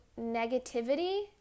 negativity